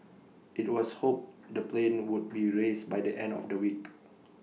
IT was hoped the plane would be raised by the end of the week